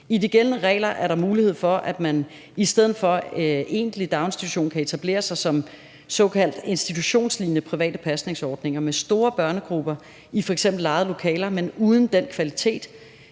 I de gældende regler er der mulighed for, at man i stedet for at etablere sig som en egentlig daginstitution kan etablere sig som en såkaldt institutionslignende privat pasningsordning med store børnegrupper i f.eks. lejede lokaler, men uden den kvalitet